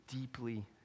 deeply